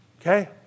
Okay